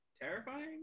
terrifying